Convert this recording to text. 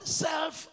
self